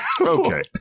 okay